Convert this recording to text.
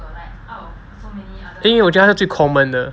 因为我觉得它是最 common 的